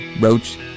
roach